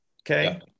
okay